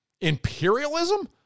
Imperialism